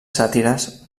sàtires